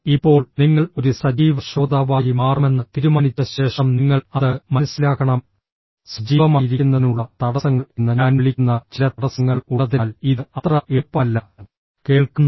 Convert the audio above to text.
ഇപ്പോൾ നിങ്ങൾ ഒരു സജീവ ശ്രോതാവായി മാറുമെന്ന് തീരുമാനിച്ച ശേഷം നിങ്ങൾ അത് മനസ്സിലാക്കണം സജീവമായിരിക്കുന്നതിനുള്ള തടസ്സങ്ങൾ എന്ന് ഞാൻ വിളിക്കുന്ന ചില തടസ്സങ്ങൾ ഉള്ളതിനാൽ ഇത് അത്ര എളുപ്പമല്ല കേൾക്കുന്നു